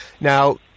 Now